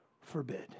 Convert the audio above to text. forbid